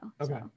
Okay